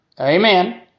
Amen